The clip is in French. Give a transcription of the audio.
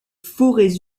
forêts